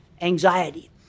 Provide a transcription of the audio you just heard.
Anxiety